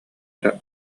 эрэ